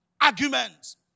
arguments